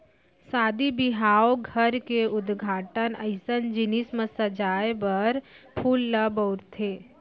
सादी बिहाव, घर के उद्घाटन अइसन जिनिस म सजाए बर फूल ल बउरथे